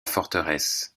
forteresse